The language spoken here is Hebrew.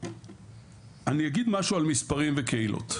אני אגיד משהו על מספרים וקהילות,